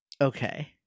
Okay